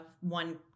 one